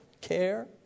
care